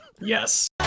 yes